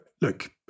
look